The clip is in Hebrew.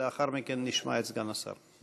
ולאחר מכן נשמע את סגן השר.